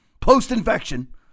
Post-infection